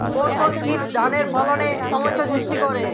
কোন কোন কীট ধানের ফলনে সমস্যা সৃষ্টি করে?